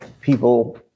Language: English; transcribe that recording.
people